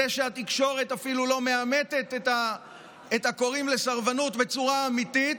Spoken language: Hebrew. זה שהתקשורת אפילו לא מעמתת את הקוראים לסרבנות בצורה אמיתית,